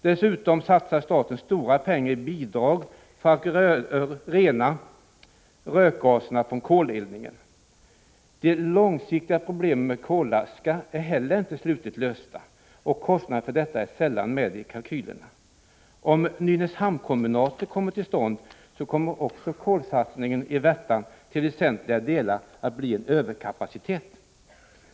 Dessutom satsar staten stora pengar för att rena rökgaserna från koleldningen, men de långsiktiga problemen med kolaskan är inte slutligt lösta, och kostnaderna för denna är sällan med i kalkylerna. Om Nynäshamnskombinatet kommer till stånd, blir resultatet av en kolsatsning i Värtan vidare till väsentliga delar en överkapacitet.